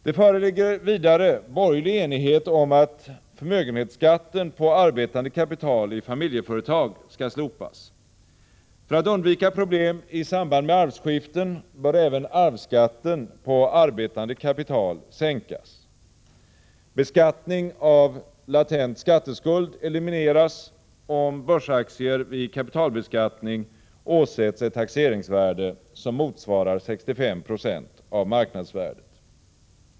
Det föreligger vidare borgerlig enighet om att förmögenhetsskatten på arbetande kapital i familjeföretag skall slopas. För att undvika problem i samband med arvsskiften bör även arvsskatten på arbetande kapital sänkas. Beskattning av latent skatteskuld elimineras, om börsaktier vid kapitalbeskattning åsätts ett taxeringsvärde som motsvarar 65 70 av marknadsvärdet.